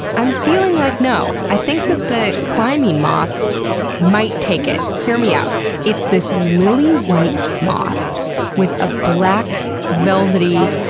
i'm feeling like, no. i think that the clymene moth might take it. hear me out it's this lily-white moth with a black, velvety,